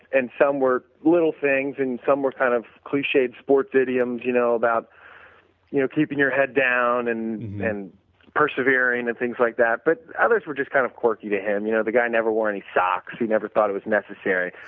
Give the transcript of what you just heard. and some were little things, and some were kind of clichd sports idioms you know about you know keeping your head down and and persevering and things like that. but others were just kind of quirky to him. you know, the guy never wore any socks. he never thought it was necessary.